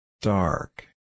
Dark